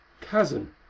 Cousin